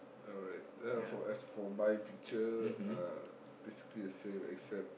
alright uh for as for my picture uh basically the same except